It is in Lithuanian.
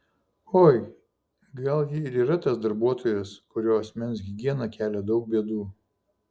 oi gal ji ir yra tas darbuotojas kurio asmens higiena kelia daug bėdų